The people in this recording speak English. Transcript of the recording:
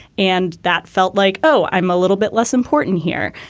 and that felt like, oh, i'm a little bit less important here.